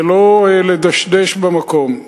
ולא לדשדש במקום.